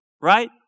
right